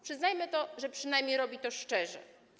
Przyznajmy to, że przynajmniej robi to szczerze.